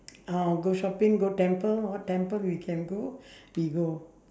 oh go shopping go temple oh temple we can go we go